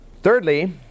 Thirdly